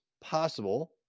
possible